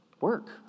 work